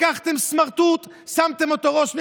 לקחתם סמרטוט, שמתם אותו ראש ממשלה,